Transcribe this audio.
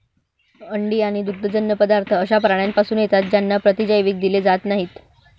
अंडी आणि दुग्धजन्य पदार्थ अशा प्राण्यांपासून येतात ज्यांना प्रतिजैविक दिले जात नाहीत